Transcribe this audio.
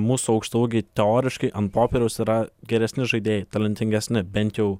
mūsų aukštaūgiai teoriškai ant popieriaus yra geresni žaidėjai talentingesni bent jau